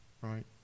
right